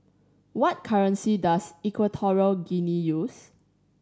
what currency does Equatorial Guinea use